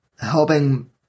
helping